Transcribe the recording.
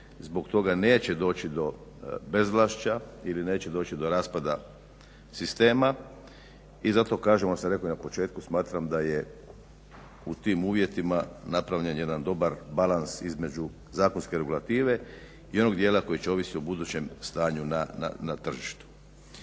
zbog toga neće doći do bezvlašća ili neće doći do raspada sistema i zato kažemo, sam rekao i na početku, smatram da je u tim uvjetima napravljen jedan dobar balans između zakonske regulative i onog dijela koji će ovisit o budućem stanju na tržištu.